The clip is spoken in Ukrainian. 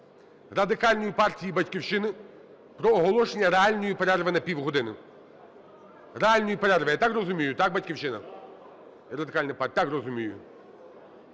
Радикальної партії і "Батьківщини" – про оголошення реальної перерви на півгодини. Реальної перерви, я так розумію? Так, "Батьківщина" і Радикальна партія? Так розумію.